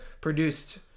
produced